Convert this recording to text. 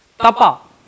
Tapa